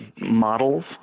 models